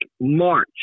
March